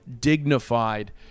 dignified